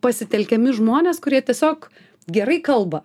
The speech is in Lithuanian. pasitelkiami žmonės kurie tiesiog gerai kalba